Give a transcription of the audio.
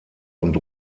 und